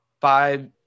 five